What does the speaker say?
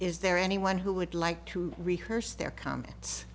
is there anyone who would like to rehearse their comments